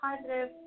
positive